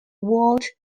world